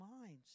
minds